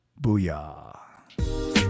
Booyah